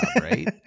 right